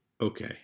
Okay